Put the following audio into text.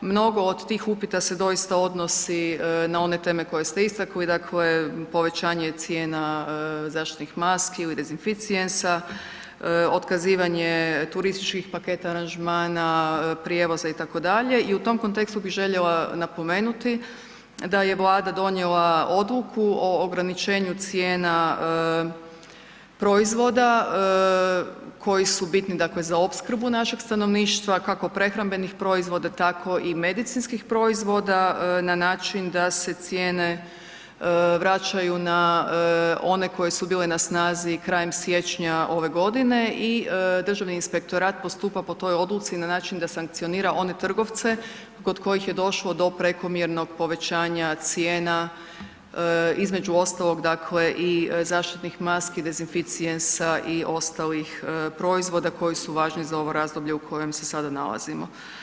Mnogo od tih upita se doista odnosi na one teme koje ste istakli, dakle povećanje cijena zaštitnih maski ili dezinficijensa, otkazivanje turističkih paketa, aranžmana, prijevoza, itd., i u tom kontekstu bih željela napomenuti da je Vlada donijela Odluku o ograničenju cijena proizvoda koji su bitni za opskrbu našeg stanovništva kako prehrambenih proizvoda tako i medicinskih proizvoda na način da se cijene vraćaju na one koje su bile na snazi krajem siječnja ove godine i Državni inspektorat postupa po toj odluci na način da sankcionira one trgovce kod kojih je došlo do prekomjernog povećanja cijena, između ostalog i zaštitnih maski, dezinficijensa koji su važni za ovo razdoblje u kojem se sada nalazimo.